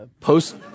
post-